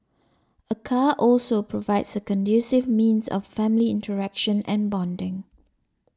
a car also provides a conducive means of family interaction and bonding